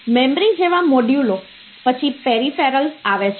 memory જેવા મોડ્યુલો પછી પેરિફેરલ્સ આવે છે